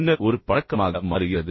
பின்னர் ஒரு பழக்கமாக மாறுகிறது